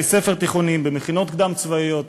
בבתי-ספר תיכוניים, במכינות קדם-צבאיות,